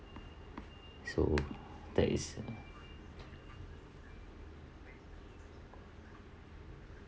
so that is